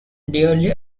dearly